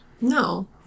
No